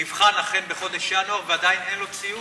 אכן נבחן בחודש ינואר ועדיין אין לו ציון,